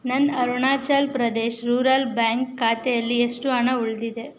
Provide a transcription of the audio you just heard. ನನ್ನ Arunachal Pradesh rural bank ಖಾತೇಲಿ ಎಷ್ಟು ಹಣ ಉಳಿದಿದೆ